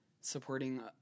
supporting